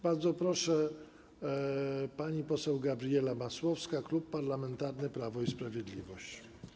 Bardzo proszę, pani poseł Gabriela Masłowska, Klub Parlamentarny Prawo i Sprawiedliwość.